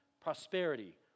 prosperity